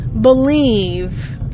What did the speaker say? believe